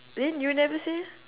then you never say